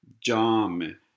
jam